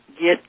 get